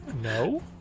No